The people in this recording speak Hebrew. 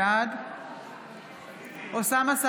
בעד אוסאמה סעדי,